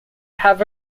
have